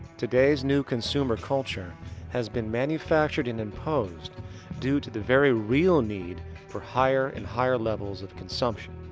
today's new consumer culture has been manufactured and imposed due to the very real need for higher and higher levels of consumption.